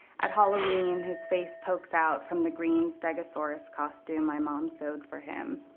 at halloween, his face pokes out from the green stegosaurus costume my mom sewed for him,